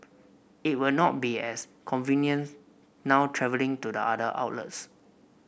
it will not be as convenient now travelling to the other outlets